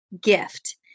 Gift